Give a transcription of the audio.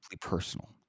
personal